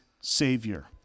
Savior